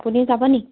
আপুনি যাব নি